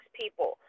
people